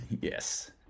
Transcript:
Yes